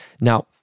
Now